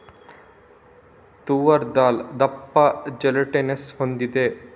ತೂವರ್ ದಾಲ್ ದಪ್ಪ ಜೆಲಾಟಿನಸ್ ಹೊಂದಿದೆ